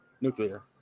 Nuclear